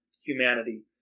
humanity